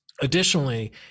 Additionally